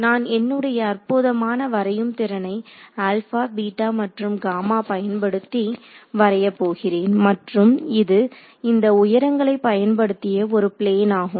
நான் என்னுடைய அற்புதமான வரையும் திறனை ஆல்ஃபா பீட்டா மற்றும் காமா பயன்படுத்தி வரைய போகிறேன் மற்றும் இது இந்த உயரங்களை பயன்படுத்திய ஒரு பிளேன் ஆகும்